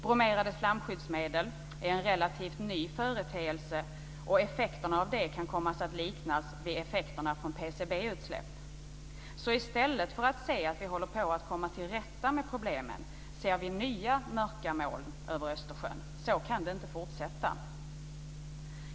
Bromerade flamskyddsmedel är en relativt ny företeelse och effekterna av dem kan komma att liknas vid effekterna av PCB-utsläpp. I stället för att se att vi håller på att komma till rätta med problemen ser vi nya mörka moln över Östersjön. Så kan det inte fortsätta.